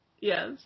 Yes